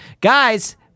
Guys